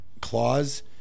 clause